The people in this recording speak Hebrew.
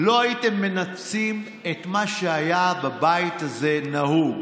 ולא הייתם מנפצים את מה שהיה בבית הזה נהוג.